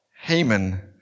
Haman